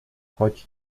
choć